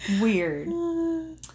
Weird